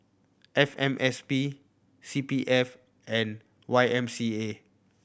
F M S P C P F and Y M C A